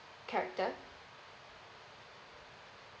character